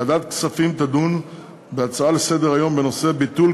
ועדת הכספים תדון בהצעות לסדר-היום בנושא: ביטול